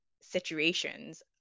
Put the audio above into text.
situations